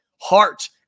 heart